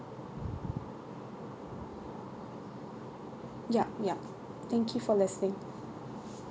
yup yup thank you for listening